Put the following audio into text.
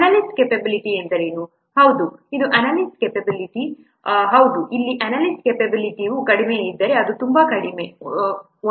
analyst capability ಎಂದರೇನು ಹೌದು ಇದು ಅನಾಲಿಸ್ಟ್ ಕ್ಯಾಪೆಬಿಲಿಟಿanalyst capability ಹೌದು ಇಲ್ಲಿ ಅನಾಲಿಸ್ಟ್ ಕ್ಯಾಪೆಬಿಲಿಟಿanalyst capabilityವು ಕಡಿಮೆಯಿದ್ದರೆ ಅದು ತುಂಬಾ ಕಡಿಮೆ 1